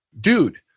dude